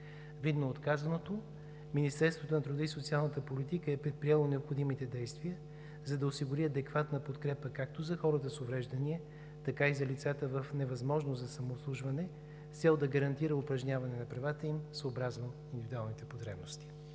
Видно от казаното, Министерството на труда и социалната политика е предприело необходимите действия, за да осигури адекватна подкрепа както за хората с увреждания, така и за лицата в невъзможност за самообслужване, с цел да гарантира упражняване на правата им съобразно индивидуалните потребности.